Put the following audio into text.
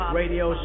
radio